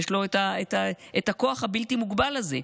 יש לו את הכוח הבלתי-מוגבל הזה.